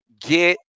get